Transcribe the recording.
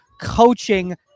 coaching